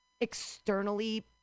externally